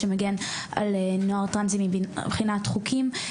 שמגן על נוער טרנסי מבחינת חוקים.